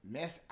Mess